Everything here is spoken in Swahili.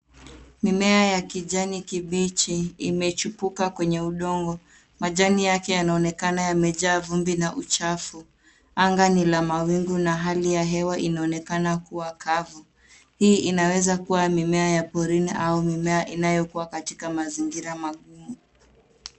Mimea ya kijani kibichi imechupuka kwenye udongo. Majani yake yanaonekana yamejaa vumbi na uchafu. Anga ni la mawingu na hali ya hewa inaonekana kuwa kavu. Hii inaweza kuwa mimea ya porini au mimea inayokua katika mazingira magumu.